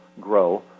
grow